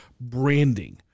branding